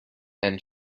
and